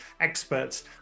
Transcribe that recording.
Experts